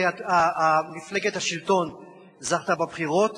ומפלגת השלטון זכתה בבחירות.